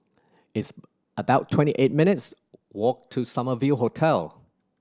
it's about twenty eight minutes' walk to Summer View Hotel